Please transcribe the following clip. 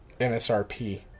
MSRP